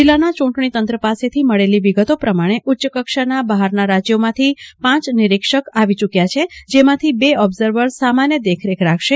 જિલ્લાના ચૂંટણીતંત્ર પાસેથી મળેલી વિગતો પ્રમાણે ઉચ્ચ કક્ષાના બહારના રાજ્યોમાંથી પાંચ નિરીક્ષક આવી ચૂક્યા છે જેમાંથી બે ઓબ્ઝર્વર સામાન્ય દેખરેખ રાખશે